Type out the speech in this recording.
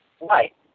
Right